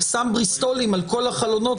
שם בריסטולים על כל החלונות,